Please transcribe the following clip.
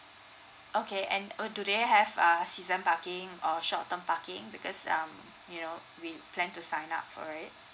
okay and uh do they have uh season parking or short term parking because um you know we plan to sign up for it